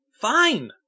Fine